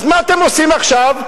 אז מה אתם עושים עכשיו?